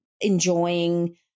enjoying